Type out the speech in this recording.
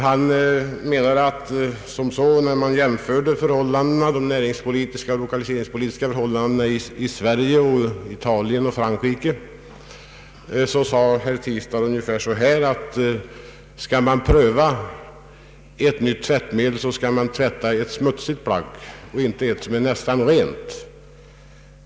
Han jämförde de näringsoch lokaliseringspolitiska förhållandena i Sverige med dem i Italien och Frankrike och menade att om man skall pröva ett nytt tvättmedel, så skall Ang. regionalpolitiken man tvätta ett smutsigt plagg och inte ett som är nästan rent.